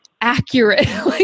accurate